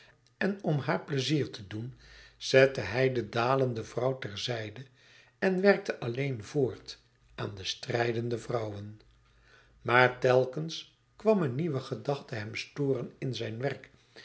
en om haar pleizier te doen zette hij de dalende vrouw ter zijde en werkte alleen voort aan de strijdende vrouwen maar telkens kwam een nieuwe gedachte hem storen in zijn werk